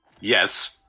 Yes